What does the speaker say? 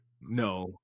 No